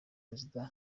perezida